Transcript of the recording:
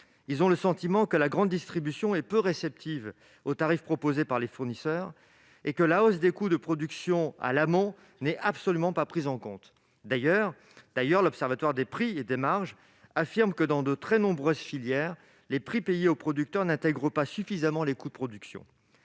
Ils ont le sentiment que la grande distribution est peu réceptive aux tarifs proposés par les fournisseurs et que la hausse des coûts de production à l'amont n'est absolument pas prise en compte. D'ailleurs, l'Observatoire de la formation des prix et des marges des produits alimentaires ne dit pas autre chose quand il affirme que, dans de très nombreuses filières, les prix payés aux producteurs n'intègrent pas suffisamment les coûts de production.